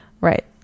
right